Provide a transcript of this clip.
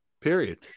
period